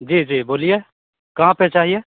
जी जी बोलिए कहाँ पर चाहिए